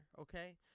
okay